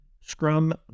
Scrum